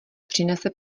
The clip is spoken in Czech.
přinese